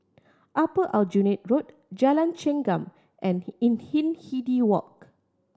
Upper Aljunied Road Jalan Chengam and In Hindhede Walk